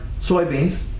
soybeans